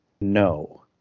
no